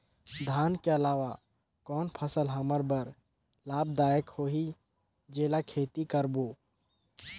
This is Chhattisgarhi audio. धान के अलावा कौन फसल हमर बर लाभदायक होही जेला खेती करबो?